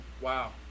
Wow